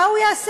מה הוא יעשה?